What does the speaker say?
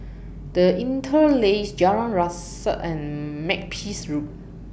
The Interlace Jalan Resak and Makepeace Road